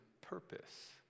purpose